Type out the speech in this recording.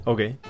Okay